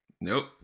Nope